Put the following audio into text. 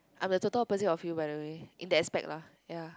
I'm a total opposite of you by the way in that aspect lah ya